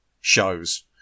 shows